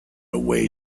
away